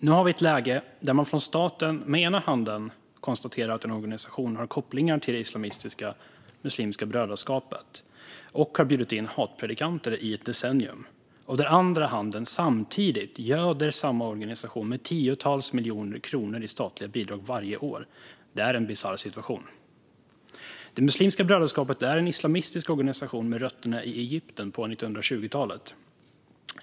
Nu har vi ett läge där staten med ena handen konstaterar att organisationen har kopplingar till det islamistiska Muslimska brödraskapet, som under ett decennium har bjudit in hatpredikanter. Med andra handen göder staten samtidigt samma organisation med tiotals miljoner kronor i statliga bidrag varje år. Det är en bisarr situation. Muslimska brödraskapet är en islamistisk organisation som har rötter i Egypten från 1920-talet.